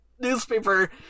newspaper